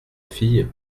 fille